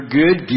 good